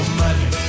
money